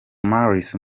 mars